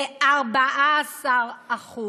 ל-14%.